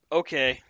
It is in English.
okay